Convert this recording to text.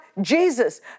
Jesus